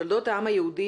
תולדות העם היהודי,